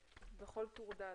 בכל טור ד'.